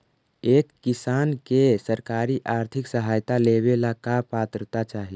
एक किसान के सरकारी आर्थिक सहायता लेवेला का पात्रता चाही?